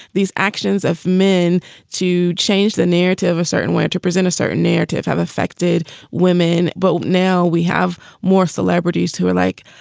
these actions of men to change the narrative a certain way and to present a certain narrative have affected women. but now we have more celebrities who are like,